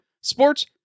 Sports